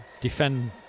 Defend